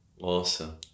awesome